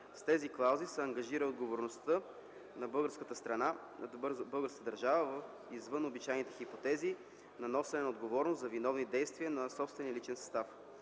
С тези клаузи се ангажира отговорността на българската държава извън обичайните хипотези на носене на отговорност за виновни действия на собствения личен състав.